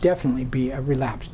definitely be a relapse